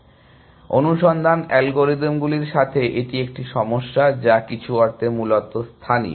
সুতরাং অনুসন্ধান অ্যালগরিদমগুলির সাথে এটি একটি সমস্যা যা কিছু অর্থে মূলত স্থানীয়